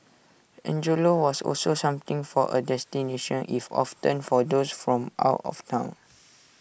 Angelo's was also something for A destination if often for those from out of Town